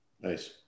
Nice